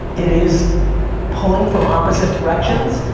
it is pulling from opposite directions.